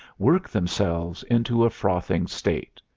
work themselves into a frothing state.